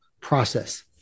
process